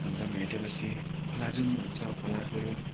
अन्त भेटेपछि खोला जुाउँ भन्छ खोला गयो